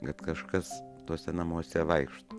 kad kažkas tuose namuose vaikšto